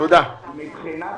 מבחינת